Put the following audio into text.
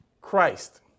Christ